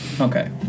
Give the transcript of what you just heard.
Okay